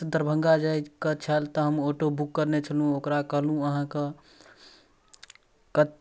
कोइ भी चीज औडर करै छी तऽ हमरा सबके गाँवमे ओ औडर कम सऽ कम